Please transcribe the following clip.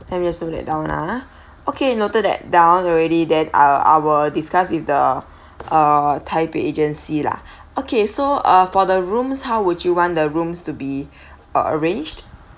let me just note that down ah okay noted that down already than I I will discuss with the uh taipei agency lah okay so ah for the rooms how would you want the rooms to be a~ arranged